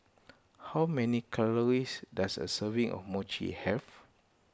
how many calories does a serving of Mochi have